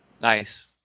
nice